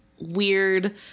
weird